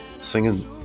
singing